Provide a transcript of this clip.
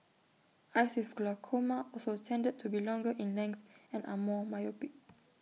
eyes with glaucoma also tended to be longer in length and are more myopic